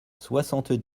soixante